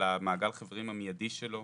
למעגל החברים המיידי שלו,